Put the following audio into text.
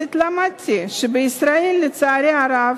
בכנסת למדתי שבישראל, לצערי הרב,